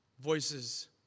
Voices